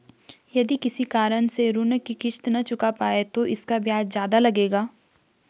यदि किसी कारण से ऋण की किश्त न चुका पाये तो इसका ब्याज ज़्यादा लगेगा?